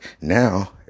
Now